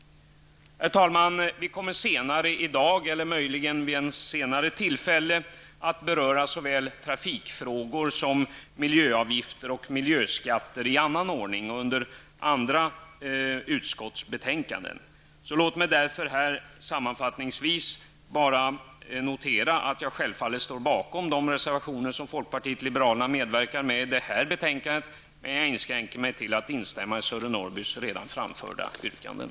Herr talman! Vi kommer senare i dag eller möjligen vid ett senare tillfälle att beröra såväl trafikfrågor som miljöavgifter och miljöskatter i annan ordning, när andra utskottsbetänkanden är aktuella. Låt mig därför sammanfattningsvis bara notera att jag självfallet står bakom de reservationer som folkpartiet liberalerna medverkar med i det här betänkandet. Däremot inskränker jag mig till att instämma i Sören Norrbys redan framförda yrkanden.